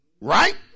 Right